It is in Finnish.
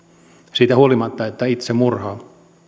siitä huolimatta että itsemurha ei